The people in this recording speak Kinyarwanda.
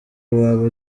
waba